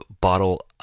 bottle